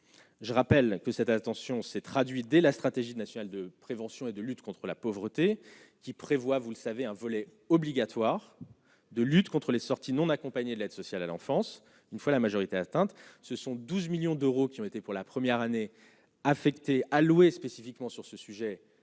je rappelle que cette attention s'est traduit dès la stratégie nationale de prévention et de lutte contre la pauvreté qui prévoit, vous le savez, un volet obligatoire de lutte contre les sorties non accompagnées de l'aide sociale à l'enfance, une fois la majorité atteinte, ce sont 12 millions d'euros qui ont été pour la première année, affecté à louer. Uniquement sur ce sujet